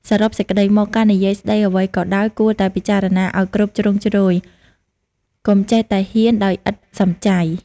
សរុបសេចក្ដីមក ការនិយាយស្ដីអ្វីក៏ដោយ គួរតែពិចារណាឱ្យគ្រប់ជ្រុងជ្រោយ កុំចេះតែហ៊ានដោយឥតសំចៃ។